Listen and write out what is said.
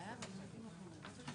- במקום זה